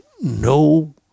no